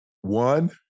One